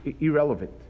irrelevant